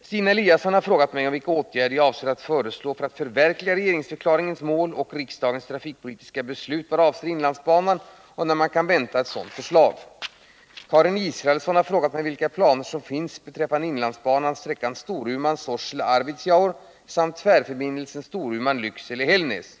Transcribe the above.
Stina Eliasson har frågat mig om vilka åtgärder jag avser att föreslå för att förverkliga regeringsförklaringens mål och riksdagens trafikpolitiska beslut vad avser inlandsbanan och när man kan vänta ett sådant förslag. Karin Israelsson har frågat mig vilka planer som finns beträffande inlandsbanan sträckan Storuman-Sorsele-Arvidsjaur samt tvärförbindelsen Storuman-Lycksele-Hällnäs.